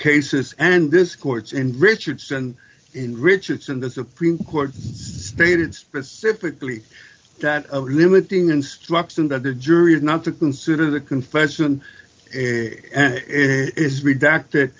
cases and this court's in richardson in richardson the supreme court stated specifically that of limiting instruction that the jury is not to consider the confession